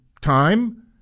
time